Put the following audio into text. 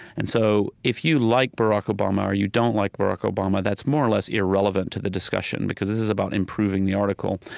and so if you like barack obama, or you don't like barack obama, that's more or less irrelevant to the discussion because this is about improving the article.